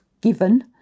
given